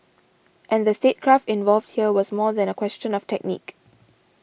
and the statecraft involved here was more than a question of technique